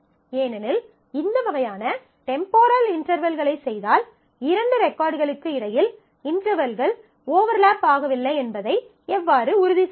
ஏனெனில் நாம் இந்த வகையான டெம்போரல் இன்டெர்வல்களைச் செய்தால் 2 ரெகார்ட்களுக்கு இடையில் இன்டெர்வல்கள் ஓவர்லாப் ஆக வில்லை என்பதை எவ்வாறு உறுதி செய்வது